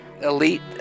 Elite